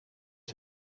撤销